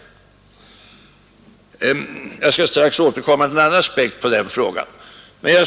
Jag skall strax återkomma till en annan aspekt på den frågan.